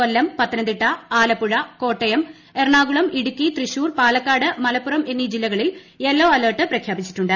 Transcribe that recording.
കൊല്ലം പത്തനംതിട്ട ആലപ്പുഴ കോട്ടയം എറണാകുളം ഇടുക്കി തൃശൂർ പാലക്കാട് മലപ്പുറം ് എന്നീ ജില്ലകളിൽ യെല്ലോ അലേർട്ടും പ്രഖ്യാപിച്ചിട്ടുണ്ട്